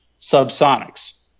subsonics